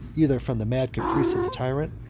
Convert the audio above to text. either from the mad caprice of the tyrant,